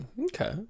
Okay